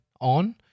on